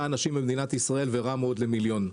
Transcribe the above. אנשים במדינת ישראל ורע מאוד למיליון אנשים,